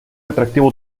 atractivo